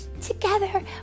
Together